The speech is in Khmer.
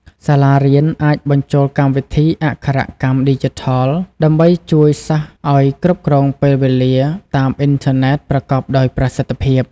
សាលារៀនអាចបញ្ចូលកម្មវិធីអក្ខរកម្មឌីជីថល ដើម្បីជួយសិស្សឱ្យគ្រប់គ្រងពេលវេលាតាមអ៊ីនធឺណិតប្រកបដោយប្រសិទ្ធភាព។